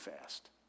fast